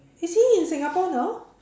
is he in Singapore now